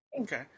Okay